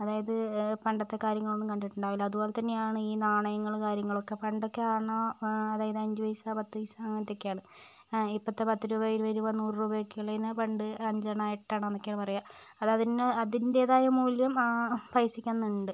അതായത് പണ്ടത്ത കാര്യങ്ങളൊന്നും കണ്ടിട്ടുണ്ടാവുകയില്ല അതുപോലെ തന്നെയാണ് ഈ നാണയങ്ങള് കാര്യങ്ങളൊക്കെ പണ്ടൊക്കെ അണ അതായത് അഞ്ച് പൈസ പത്ത് പൈസ അങ്ങനത്തെയൊക്കെയാണ് ആ ഇപ്പോഴത്തെ പത്ത് ഇരുപത് രൂപ നൂറ് രൂപ ഒക്കെയുള്ളതിന് പണ്ട് അഞ്ച് അണ എട്ടണ എന്നൊക്കെയാണ് പറയുക അതതിനോ അതിൻ്റെതായ മൂല്യം പൈസയ്ക്ക് അന്നുണ്ട്